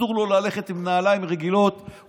אסור לו ללכת עם נעליים רגילות,